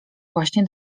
właśnie